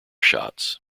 shots